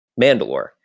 Mandalore